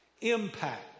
impact